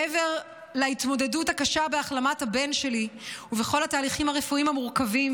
מעבר להתמודדות הקשה בהחלמת הבן שלי ובכל התהליכים הרפואיים המורכבים,